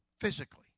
physically